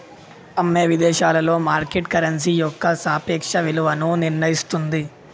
అమ్మో విదేశాలలో market currency యొక్క సాపేక్ష విలువను నిర్ణయిస్తుంది